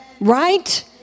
Right